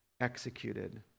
executed